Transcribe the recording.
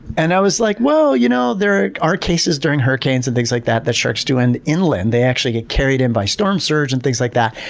and i was like, well, you know, there are are cases during hurricanes and things like that that sharks do end up inland, they actually get carried in by storm surge and things like that.